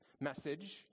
message